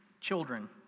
children